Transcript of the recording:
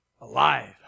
alive